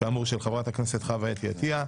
של חבר הכנסת חוה אתי עטייה,